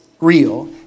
real